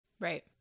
Right